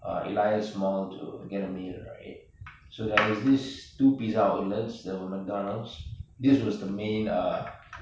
alias mall to get a meal right so there was this two pizza outlets there was mcdonald's this was the main err